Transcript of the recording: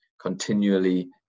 continually